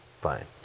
Fine